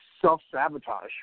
self-sabotage